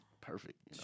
perfect